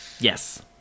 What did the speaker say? Yes